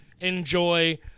enjoy